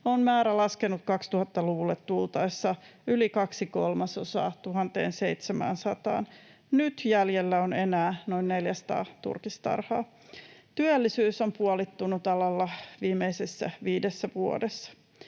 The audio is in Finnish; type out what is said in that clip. on määrä laskenut 2000-luvulle tultaessa yli kaksi kolmasosaa 1 700:aan. Nyt jäljellä on enää noin 400 turkistarhaa. Työllisyys on puolittunut alalla viimeisessä viidessä vuodessa.